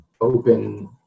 open